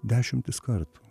dešimtis kartų